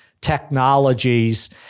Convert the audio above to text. technologies